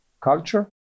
culture